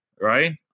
Right